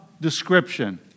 description